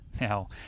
Now